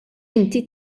inti